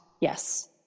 Yes